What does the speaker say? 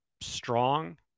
strong